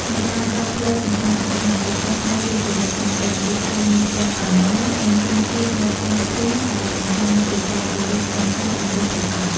នៅតាមដងផ្លូវសំខាន់ៗ ពិសេសនៅរាជធានីភ្នំពេញ គេឃើញមានផ្ទាំងប៉ាណូ និងទង់ជាតិរាប់ពាន់ផ្ទាំងដែលបង្ហាញពីការគោរពដឹងគុណចំពោះព្រះអង្គ។